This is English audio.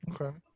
Okay